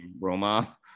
Roma